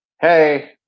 hey